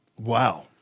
Wow